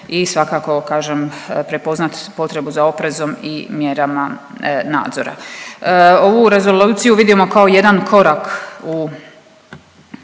i svakako kažem prepoznat potrebu za oprezom i mjerama nadzora. Ovu rezoluciju vidimo kao jedan korak u,